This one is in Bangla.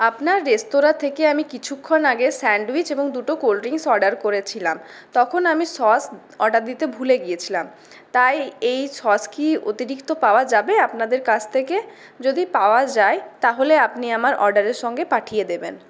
আপনার রেস্তোরাঁ থেকে আমি কিছুক্ষণ আগে স্যান্ডউইচ এবং দুটো কোল্ড ড্রিকস অর্ডার করেছিলাম তখন আমি সস অর্ডার দিতে ভুলে গিয়েছিলাম তাই এই সস কি অতিরিক্ত পাওয়া যাবে আপনাদের কাছ থেকে যদি পাওয়া যায় তাহলে আপনি আমার অর্ডারের সঙ্গে পাঠিয়ে দেবেন